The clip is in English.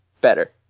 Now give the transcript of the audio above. better